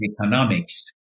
economics